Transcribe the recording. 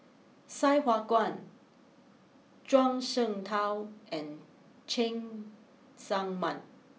Sai Hua Kuan Zhuang Shengtao and Cheng Tsang Man